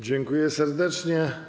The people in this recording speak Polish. Dziękuję serdecznie.